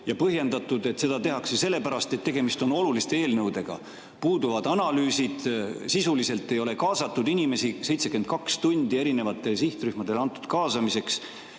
on põhjendatud, et seda tehakse sellepärast, et tegemist on oluliste eelnõudega. Puuduvad analüüsid, sisuliselt ei ole kaasatud inimesi, 72 tundi on sihtrühmadele antud [materjalidega